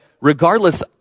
regardless